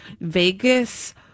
Vegas